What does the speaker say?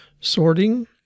sorting